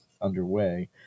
underway